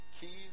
keys